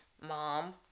mom